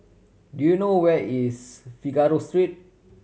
do you know where is Figaro Street